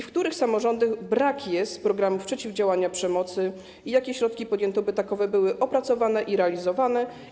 W których samorządach brakuje programów przeciwdziałania przemocy i jakie środki podjęto, by takowe były opracowane i realizowane?